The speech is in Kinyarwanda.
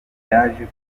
yaje